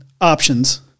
options